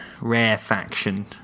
rarefaction